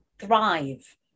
thrive